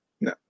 No